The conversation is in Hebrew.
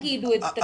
תגידו את זה ככה.